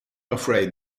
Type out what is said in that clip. afraid